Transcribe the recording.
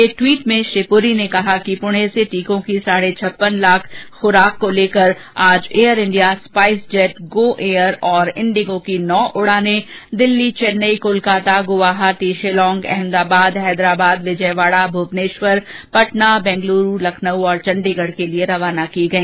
एक ट्वीट में श्री पुरी ने कहा कि पुणे से टीकों की साढ़े छप्पन लाख खूराक को लेकर आज एयरइंडिया स्पाइसजेट गो एयर और इंडिगो की नौ उड़ानें दिल्ली चेन्नई कोलकाता गुवाहाटी शिलांग अहमदाबाद हैदराबाद विजयवाड़ा भुवनेश्वर पटना बेंगलुरू लखनऊ और चंडीगढ़ के लिए रवाना की गई